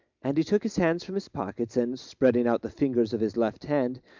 and he took his hands from his pockets, and spreading out the fingers of his left hand,